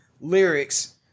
lyrics